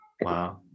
Wow